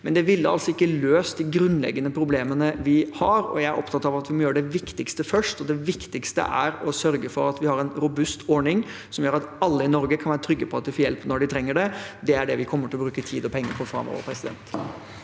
men det ville altså ikke løst de grunnleggende problemene vi har. Jeg er opptatt av at vi må gjøre det viktigste først, og det viktigste er å sørge for at vi har en robust ordning som gjør at alle i Norge kan være trygge på at de får hjelp når de trenger det. Det er det vi kommer til å bruke tid og penger på framover.